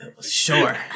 Sure